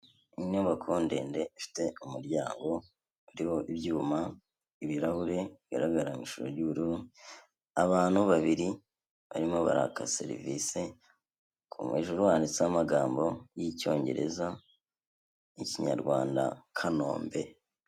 Inyubakuru ndende ifite umuryango uriho ibyuma, ibirahuri bigaragara mu ishuho ry'ubururu abantu, babiri barimo baraka serivisi, hejuru handitseho amagambo y'icyongereza n'ikinyarwanda Kanombe.